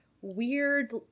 weird